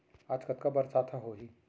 आज कतका बरसात ह होही?